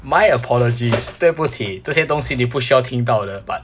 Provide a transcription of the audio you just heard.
my apologies 对不起这些东西你不需要听到的 but